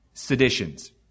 Seditions